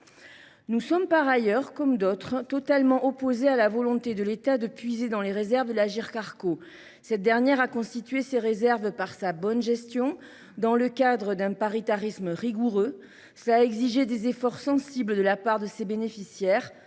Nous sommes par ailleurs totalement opposés à la volonté de l’État de puiser dans les réserves de l’Agirc Arrco. Cette dernière a constitué ses réserves par sa bonne gestion dans le cadre d’un paritarisme rigoureux. Cela a exigé de la part de ses bénéficiaires